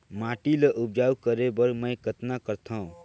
माटी ल उपजाऊ करे बर मै कतना करथव?